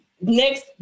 next